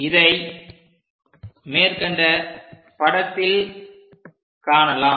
இதை மேற்கண்ட படத்தில் காணலாம்